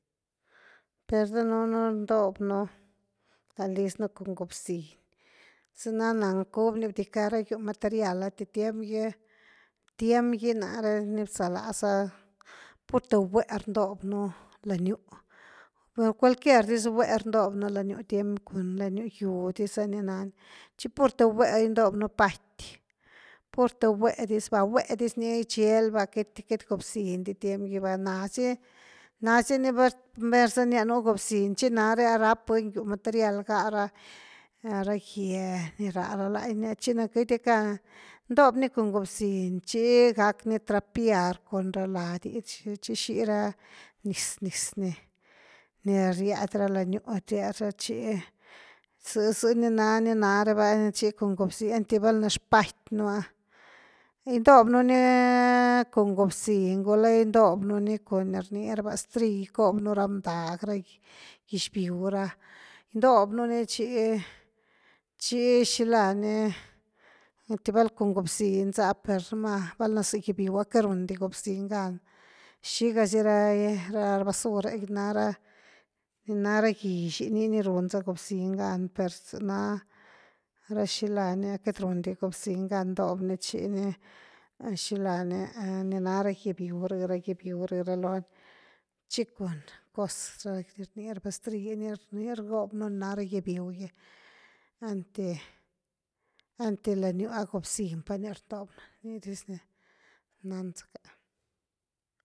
Per danuunu rndob nú lany liz nú cun gob ziny za na-na cuny ni bdicka ra gyu material ah eintu tiem gy tiemgy ná’re bza laza, pur’te bwe rndob nú lany gyu cualquier diz bue rndob nú lany gyu tiem cun lany gyu gýw za ni nani, tchi purte bue gindob nú paty, purte bue dis va bue diz ni gicheld va queity gob ziny di tiem gy va, nazii na’zy ni nú mer za nia gob ziny chi nare rap buny gyu material gá ra-ra gye niraa ra lany ni. tchi na queity gackan ndob nú cun gobziny tchi gack nitrapear cun ra ladd’y, tchi xi-xi ra niz-niz ni, ni riad ra lany gyu chi zï-zï ni nani na re va eintuy chi cun gobziny in di valna zpat’y nú ah, gindob nú ni con gobziny gulá gindob nú ni cun nir rni raba rastrill gindob nú ra bndag ra gyx byw ra, gindob nú ni tchi-tchi xila ní, einty val cun gobziny za per núma za gye biu’a queity run di gob ziny gan xiga si ra, ra basure ni ná ra-ni ná ra gix’i nii ni run za gob ziny gan, za na ra xilá ni queity run di gob zimy gan gindob ni chi ni, xila ni-ni na ara gye biu rh ra gye bywu ra loni, tchi cun cos ra ni rni raba rastrill ni rndob nú ni na ra gye byu gy einty-eitny lanñ gyu ah gobziny pa ni rndob nú, ni dis ni nanzacka.